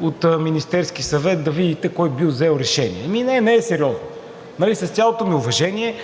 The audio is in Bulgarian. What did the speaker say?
от Министерския съвет да видите кой бил взел решение. Ами не е сериозно. С цялото ми уважение,